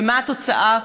ומה התוצאה?